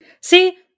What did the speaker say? See